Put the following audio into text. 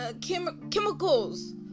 chemicals